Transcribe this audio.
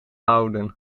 houden